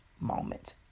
moment